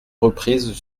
reprises